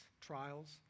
trials